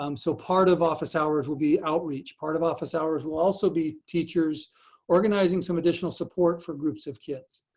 um so part of office hours will be outreach. part of office hours will also be teachers organizing some additional support for groups of kids,